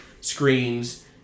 screens